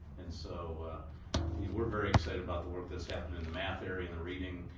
and so yeah we're very excited about the work that's happening in the math area and the reading,